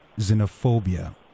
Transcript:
xenophobia